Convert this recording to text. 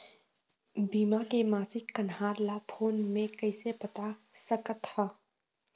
बीमा के मासिक कन्हार ला फ़ोन मे कइसे पता सकत ह?